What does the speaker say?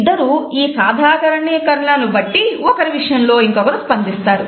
ఇద్దరు ఈ సాధారణీకరణలను బట్టి ఒకరి విషయంలో ఇంకొకరు స్పందిస్తారు